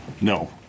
No